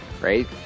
right